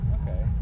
Okay